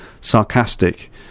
sarcastic